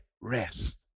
rest